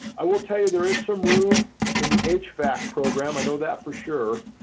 i will tell you there is some room in the hvac program. i know that for sure.